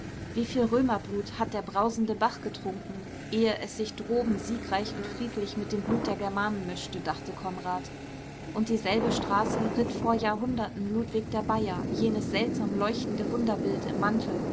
wieviel römerblut hat der brausende bach getrunken ehe es sich droben siegreich und friedlich mit dem blut der germanen mischte dachte konrad und dieselbe straße ritt vor jahrhunderten ludwig der bayer jenes seltsam leuchtende wunderbild im mantel